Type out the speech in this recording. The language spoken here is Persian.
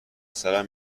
سرم